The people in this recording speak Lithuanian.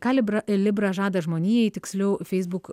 ką libra libra žada žmonijai tiksliau facebook